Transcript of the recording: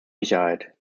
sicherheit